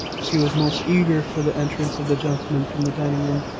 she was most eager for the entrance of the gentlemen from the dining-room,